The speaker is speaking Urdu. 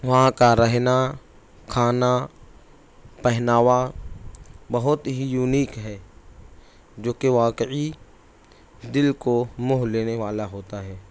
وہاں کا رہنا کھانا پہناوا بہت ہی یونیک ہے جوکہ واقعی دل کو موہ لینے والا ہوتا ہے